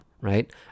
right